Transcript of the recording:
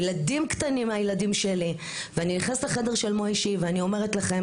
הילדים קטנים מהילדים שלי ואני נכנסת לחבר של מויישי ואני אומרת לכם,